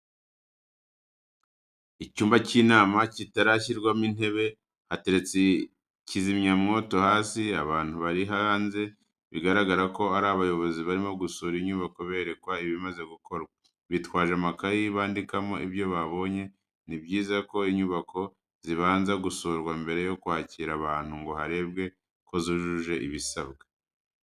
Icyumba cy'inama kitarashyirwamo intebe hateretse kizimyamwoto hasi, abantu bari hanze bigaragara ko ari abayobozi barimo gusura inyubako berekwa ibimaze gukorwa, bitwaje amakaye bandikamo ibyo babonye, ni byiza ko inyubako zibanza gusurwa mbere yo kwakira abantu ngo harebwe ko zujuje ibisabwa.